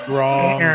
Wrong